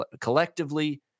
collectively